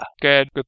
Good